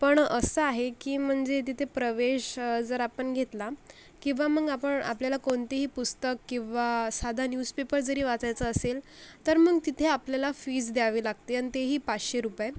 पण असं आहे की म्हणजे तिथे प्रवेश जर आपण घेतला किंवा मग आपण आपल्याला कोणतेही पुस्तक किंवा साधा न्यूज पेपर जरी वाचायचा असेल तर मग तिथे आपल्याला फीज द्यावी लागते आणि ते ही पाचशे रुपये